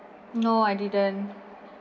no I didn't